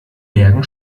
bergen